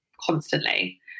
constantly